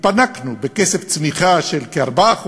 התפנקנו בקצב צמיחה של כ-4%,